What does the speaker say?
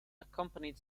accompanied